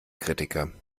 kritiker